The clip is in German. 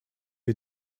wir